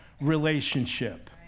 relationship